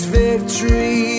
victory